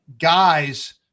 guys